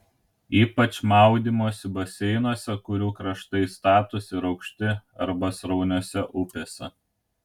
ypač maudymosi baseinuose kurių kraštai statūs ir aukšti arba srauniose upėse